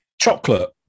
Chocolate